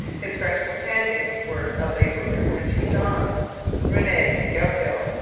his french companions were a labourer and two donnes rene goupil,